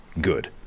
good